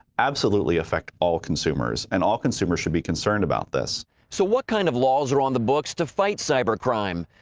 absolutely affect all consumers, and all consumers should be concerned about this. reporter so what kind of laws are on the books to fight cyber crime?